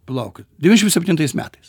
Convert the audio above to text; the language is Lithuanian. palaukit devyniasdešimt septintais metais